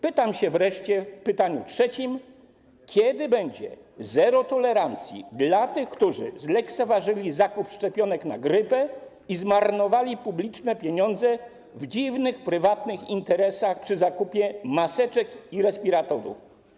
Pytam się wreszcie, to pytanie trzecie: Kiedy będzie zero tolerancji dla tych, którzy zlekceważyli zakup szczepionek na grypę i zmarnowali publiczne pieniądze w dziwnych, prywatnych interesach przy zakupie maseczek i respiratorów?